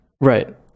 Right